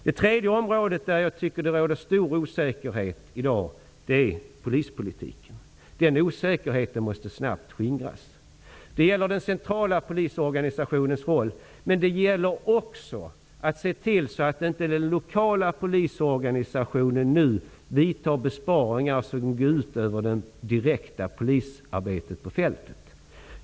Det tredje området där jag tycker att det i dag råder stor osäkerhet gäller polispolitiken. Den osäkerheten måste snabbt skingras. Det gäller den centrala polisorganisationens roll, men det gäller också att se till att inte den lokala polisorganisationen nu vidtar besparingar som går ut över det direkta polisarbetet på fältet.